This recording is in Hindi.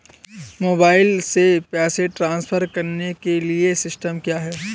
मोबाइल से पैसे ट्रांसफर करने के लिए सिस्टम क्या है?